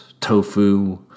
tofu